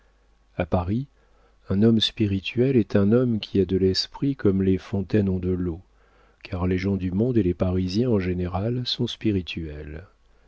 a paris un homme spirituel est un homme qui a de l'esprit comme les fontaines ont de l'eau car les gens du monde et les parisiens en général sont spirituels